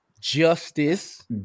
justice